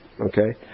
okay